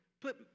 put